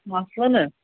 مَسلہٕ نہ